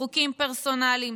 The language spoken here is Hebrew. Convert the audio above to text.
חוקים פרסונליים,